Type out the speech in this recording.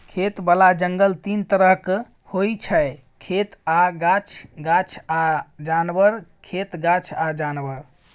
खेतबला जंगल तीन तरहक होइ छै खेत आ गाछ, गाछ आ जानबर, खेत गाछ आ जानबर